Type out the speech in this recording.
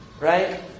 Right